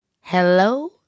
Hello